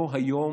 לא היום,